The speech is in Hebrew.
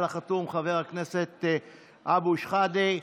על החתום: חבר הכנסת אבו שחאדה.